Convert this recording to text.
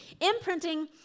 Imprinting